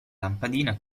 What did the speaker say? lampadina